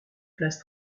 place